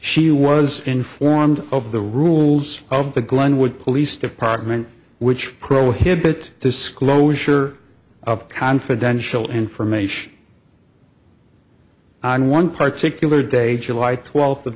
she was informed of the rules of the glenwood police department which prohibit disclosure of confidential information on one particular day july twelfth o